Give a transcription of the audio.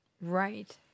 Right